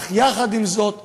אך יחד עם זאת הגבלנו,